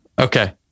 Okay